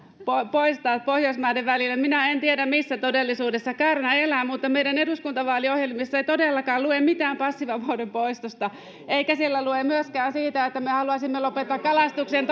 poistaa pohjoismaiden välillä minä en tiedä missä todellisuudessa kärnä elää mutta meidän eduskuntavaaliohjelmissamme ei todellakaan lue mitään passivapauden poistosta eikä siellä lue myöskään siitä että me haluaisimme lopettaa kalastuksen